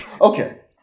Okay